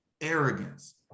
arrogance